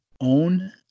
own